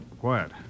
Quiet